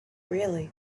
really